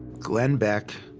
glenn beck